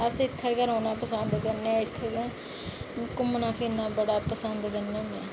अस इत्थै गै रौह्ना पसंद करने इत्थै गै घुम्मना फिरना बड़ा पसंद करने होन्ने आं